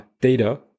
data